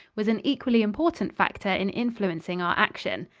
was an equally important factor in influencing our action.